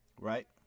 right